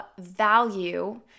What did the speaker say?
value